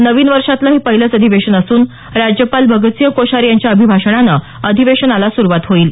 नवीन वर्षातलं हे पहिलंच अधिवेशन असून राज्यपाल भगतसिंह कोश्यारी यांच्या अभिभाषणानं अधिवेशनाला सुरुवात होइल